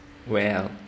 well